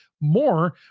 more